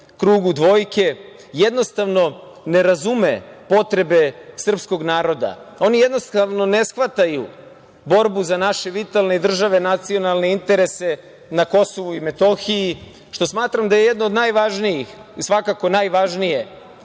krugu dvojke, jednostavno ne razume potrebe srpskog naroda. Oni jednostavno ne shvataju borbu za naše vitalne državne i nacionalne interese na Kosovu i Metohiji, što smatram da je jedno od najvažnijih, svakako najvažnije